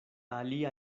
alia